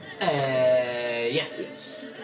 Yes